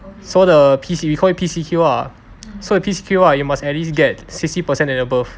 so the P_C we call it P_C_Q lah so the P_C_Q right you must at least get sixty percent and above